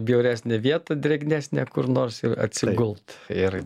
bjauresnę vietą drėgnesnę kur nors atsigult ir